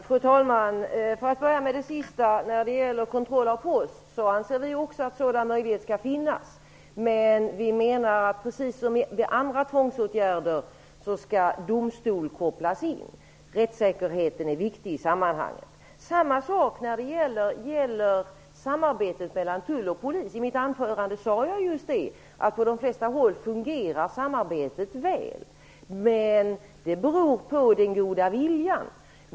Fru talman! Jag börjar med det sista. När det gäller kontroll av post anser vi också att en sådan möjlighet skall finnas. Men vi menar att domstol, precis som vid andra tvångsåtgärder, skall kopplas in. Rättssäkerheten är viktig i sammanhanget. Samma sak gäller samarbetet mellan tull och polis. I mitt anförande sade jag just att samarbetet på de flesta håll fungerar väl, men det beror på den goda viljan.